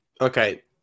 Okay